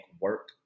work